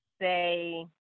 say